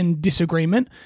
disagreement